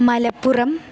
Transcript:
Malappuram